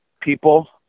people